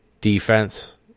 defense